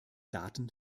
daten